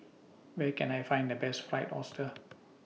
Where Can I Find The Best Fried Oyster